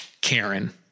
Karen